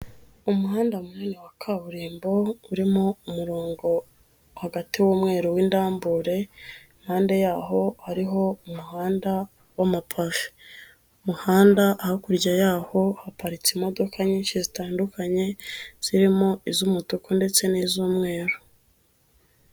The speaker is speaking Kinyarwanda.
Umuhanda munini wa kaburimbo, urimo umurongo, hagati w'umweru w'indambure, impande yaho hariho umuhanda w'amapave, umuhanda hakurya yaho haparitse imodoka nyinshi zitandukanye, zirimo iz'umutuku ndetse n'iz'umweru.